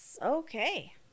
Okay